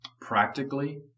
Practically